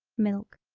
milk.